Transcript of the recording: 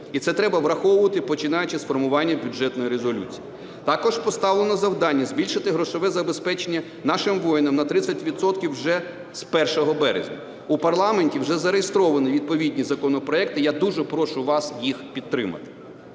І це треба враховувати, починаючи з формування Бюджетної резолюції. Також поставлено завдання збільшити грошове забезпечення нашим воїнам на 30 відсотків вже з 1 березня. У парламенті вже зареєстровані відповідні законопроекти, я дуже прошу вас їх підтримати,